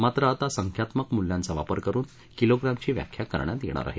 मात्र आता संख्यात्मक मूल्यांचा वापर करून किलोप्रद्धीी व्याख्या करण्यात येणार आहे